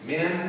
Men